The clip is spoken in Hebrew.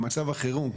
במצב החירום,